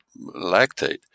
lactate